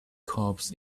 cups